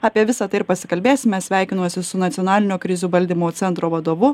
apie visa tai ir pasikalbėsime sveikinuosi su nacionalinio krizių valdymo centro vadovu